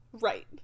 Right